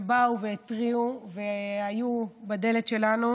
שבאו והתריעו והיו בדלת שלנו,